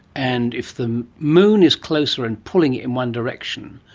and if the moon is closer and pulling it in one direction,